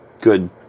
good